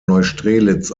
neustrelitz